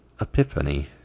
epiphany